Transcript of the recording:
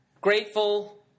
Grateful